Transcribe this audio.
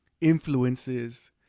influences